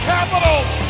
Capitals